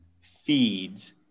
feeds